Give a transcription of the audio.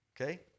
Okay